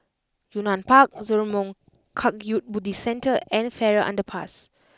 Yunnan Park Zurmang Kagyud Buddhist Centre and Farrer Underpass